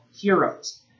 heroes